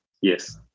Yes